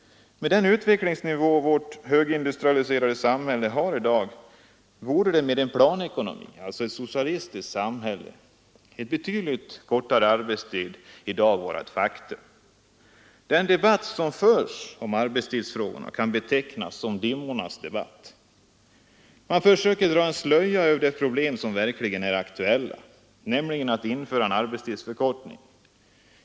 Med den utvecklingsnivå vårt högindustrialiserade samhälle har borde med en planekonomi — ett socialistiskt samhälle — en betydligt kortare arbetstid i dag vara ett faktum. Den debatt som förs om arbetstidsfrågorna kan betecknas som en dimmornas debatt. Man försöker dra en slöja över de problem som verkligen är aktuella, nämligen att införa en arbetstidsförkortning.